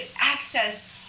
access